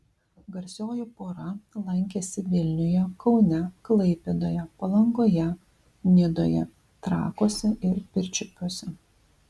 garsioji pora lankėsi vilniuje kaune klaipėdoje palangoje nidoje trakuose ir pirčiupiuose